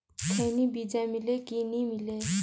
खैनी बिजा मिले कि नी मिले?